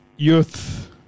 Youth